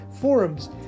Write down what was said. forums